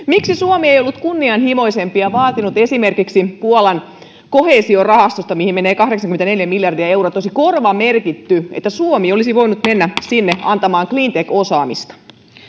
miksi suomi ei ollut kunnianhimoisempi ja vaatinut esimerkiksi että koheesiorahastosta mihin menee kahdeksankymmentäneljä miljardia euroa olisi korvamerkitty että suomi olisi voinut mennä sinne puolaan antamaan cleantech osaamista